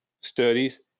studies